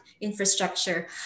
infrastructure